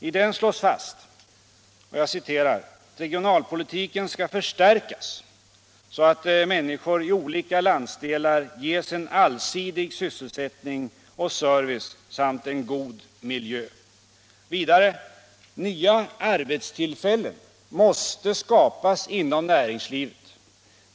I den slås fast: ”Regionalpolitiken skall förstärkas så att människor i olika landsdelar ges allsidig sysselsättning och service samt en god miljö.” Vidare: ”Nya arbetstillfällen måste skapas inom näringslivet.